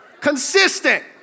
Consistent